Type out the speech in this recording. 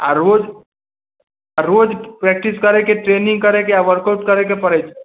आ रोज रोज प्रैक्टिस करै के ट्रेनिंग करै के आ वर्कआउट करै के परै छै